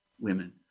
women